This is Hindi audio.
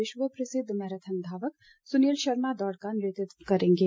विश्व प्रसिद्ध मैराथन धावक सुनील शर्मा दौड़ का नेतृत्व करेंगे